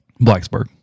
Blacksburg